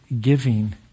giving